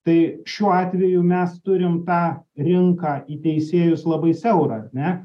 tai šiuo atveju mes turim tą rinką į teisėjus labai siaurą ar ne